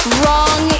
wrong